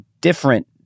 different